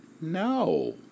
no